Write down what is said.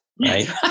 right